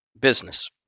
business